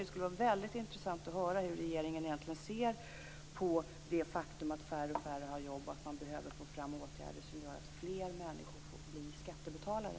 Det skulle vara jätteintressant att höra hur regeringen egentligen ser på det faktum att färre och färre har jobb och att det behöver vidtas åtgärder som gör att fler människor blir skattebetalare.